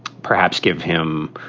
perhaps give him